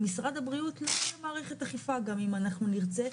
למשרד הבריאות לא תהיה מערכת אכיפה גם אם אנחנו נרצה.